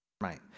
Right